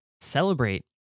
Celebrate